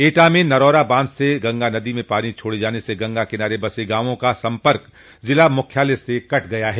एटा में नरौरा बांध से गंगा नदी में पानी छोड़े जाने से गंगा किनारे बसे गांवों का सम्पर्क जिला मूख्यालय से कट गया है